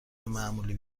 معمولی